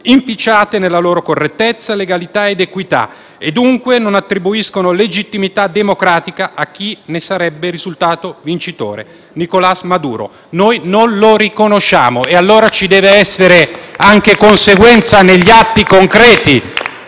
«inficiate nella loro correttezza, nella loro legalità e nella loro equità e, dunque, non attribuiscono legittimità democratica a chi ne sarebbe risultato vincitore», ovvero Nicolás Maduro. Noi non lo riconosciamo e dunque ci deve essere anche conseguenza negli atti concreti.